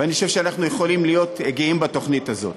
ואני חושב שאנחנו יכולים להיות גאים בתוכנית הזאת.